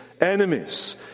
enemies